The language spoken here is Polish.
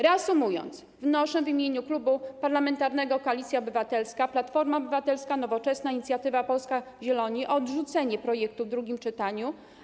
Reasumując, wnoszę w imieniu Klubu Parlamentarnego Koalicja Obywatelska - Platforma Obywatelska, Nowoczesna, Inicjatywa Polska, Zieloni o odrzucenie projektu w drugim czytaniu.